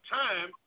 time